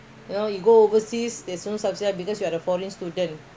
you have to pay here singapore they give you subsidies